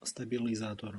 stabilizátor